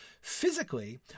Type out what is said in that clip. Physically